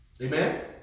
Amen